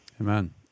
Amen